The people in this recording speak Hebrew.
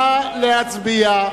נא להצביע.